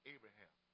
Abraham